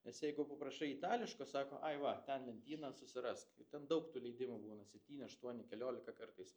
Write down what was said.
nes jeigu paprašai itališko sako ai va ten lentyna susirask ir ten daug tų leidimų būna septyni aštuoni keliolika kartais